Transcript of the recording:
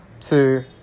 two